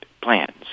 plans